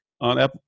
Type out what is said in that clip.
on